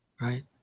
right